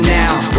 now